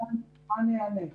בוקר טוב, אני פותח את הדיון